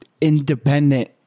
independent